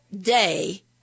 day